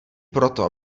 proto